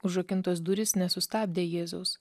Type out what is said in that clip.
užrakintos durys nesustabdė jėzaus